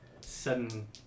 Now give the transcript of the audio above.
sudden